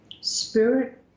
Spirit